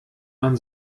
man